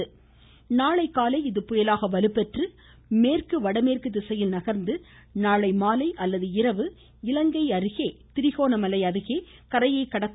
இது நாளை காலை புயலாக வலுப்பெற்று மேற்கு வடமேற்கு திசையில் நகர்ந்து நாளை மாலை அல்லது இரவு இலங்கை கடற்கரையில் திரிகோணமலை அருகே கரையை கடக்கும்